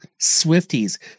Swifties